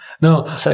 No